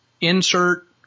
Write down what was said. insert